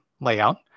layout